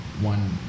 one